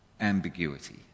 ambiguity